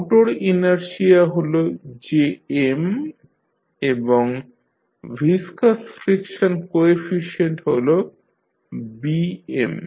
motor inertia হল Jm এবং viscous friction coefficient হল Bm